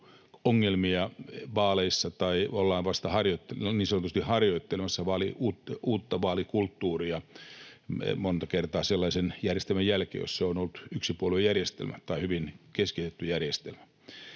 ongelmia vaaleissa tai ollaan vasta niin sanotusti harjoittelemassa uutta vaalikulttuuria monta kertaa sellaisen järjestelmän jälkeen, joka on ollut yksipuoluejärjestelmä tai hyvin keskitetty järjestelmä.